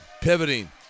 pivoting